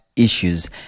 Issues